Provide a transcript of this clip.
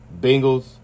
Bengals